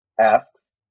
asks